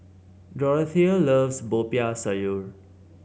Dorathea loves Popiah Sayur